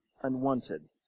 unwanted